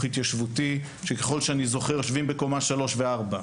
התיישבותי שככל שאני זוכר יושבים בקומה 3 ו-4.